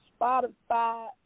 Spotify